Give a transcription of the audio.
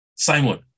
Simon